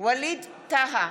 ווליד טאהא,